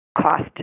cost